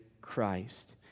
Christ